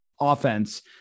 offense